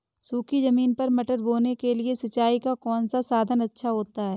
सूखी ज़मीन पर मटर बोने के लिए सिंचाई का कौन सा साधन अच्छा होता है?